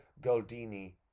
Goldini